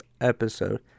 episode